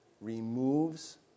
removes